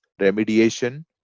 remediation